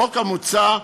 החוק המוצע,